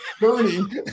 Burning